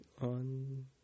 on